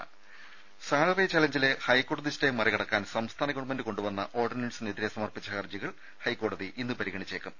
രുര സാലറി ചലഞ്ചിലെ ഹൈക്കോടതി സ്റ്റേ മറികടക്കാൻ സംസ്ഥാന ഗവൺമെന്റ് കൊണ്ടുവന്ന ഓർഡിനൻസിനെതിരെ സമർപ്പിച്ച ഹർജികൾ ഹൈക്കോടതി ഇന്ന് പരിഗണിച്ചേക്കും